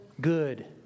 good